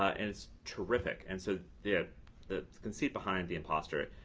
and it's terrific. and so the ah the conceit behind the imposter,